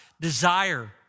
desire